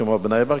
כמו בני-ברק,